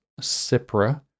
CIPRA